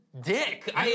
dick